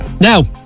Now